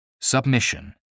submission